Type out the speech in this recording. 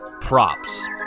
props